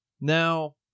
Now